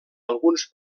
alguns